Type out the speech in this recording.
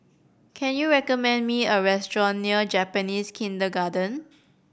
can you recommend me a restaurant near Japanese Kindergarten